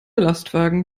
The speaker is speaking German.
lastwagen